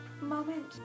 moment